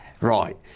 Right